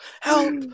help